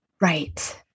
Right